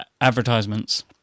advertisements